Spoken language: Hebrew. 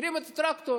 החרימו את הטרקטור,